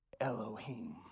Elohim